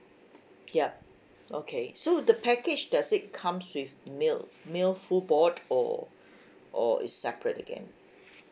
yup okay so the package does it comes with meal meal full board or or is separate again